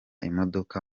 imodoka